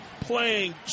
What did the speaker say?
playing